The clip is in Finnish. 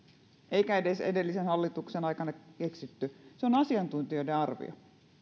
eikä edes edellisen hallituksen aikana keksitty se on asiantuntijoiden arvio